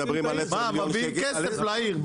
מביאים כסף לעיר,